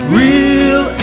real